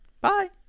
Bye